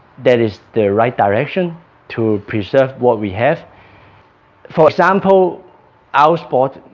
that is the right direction to preserve what we have for example our sport